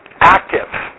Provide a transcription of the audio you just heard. active